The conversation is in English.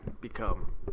become